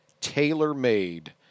tailor-made